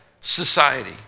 society